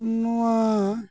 ᱱᱚᱣᱟ